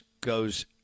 goes